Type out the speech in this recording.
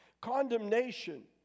Condemnation